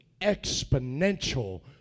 exponential